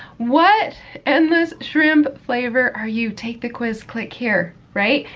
what endless shrimp flavor are you? take the quiz. click here, right?